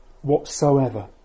whatsoever